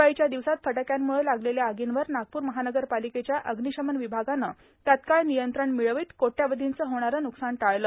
दिवाळीच्या दिवसात फटाक्यांम्ळे लागलेल्या आगींवर नागपूर महानगरपालिकेच्या अग्निशमन विभागाने तत्काळ नियंत्रण मिळवित कोट्यवधींचे होणारे न्कसान टाळले